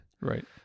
Right